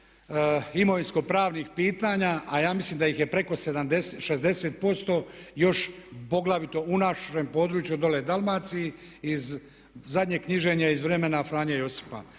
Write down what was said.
imovinsko pravnih pitanja a ja mislim da ih je preko 60% još poglavito u našem području dolje Dalmaciji, zadnje knjiženje iz vremena Franje Josipa.